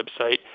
website